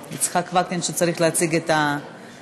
צווים לסגירת אתר הבנייה),